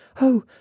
Oh